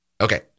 Okay